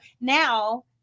now